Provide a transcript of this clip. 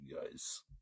guys